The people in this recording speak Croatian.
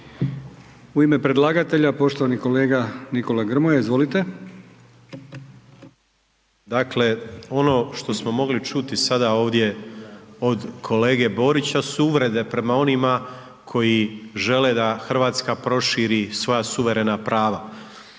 U ime predlagatelja, poštovani kolega Nikola Grmoja, izvolite. **Grmoja, Nikola (MOST)** Dakle, ono što smo mogli čuti sada ovdje od kolege Borića su uvrede prema onima koji žele da Hrvatska proširi svoja suverena prava